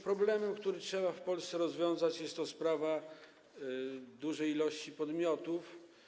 Problemem, który trzeba w Polsce rozwiązać, jest sprawa dużej ilości podmiotów.